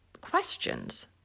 questions